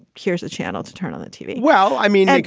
here's a channel to turn on the tv well, i mean, like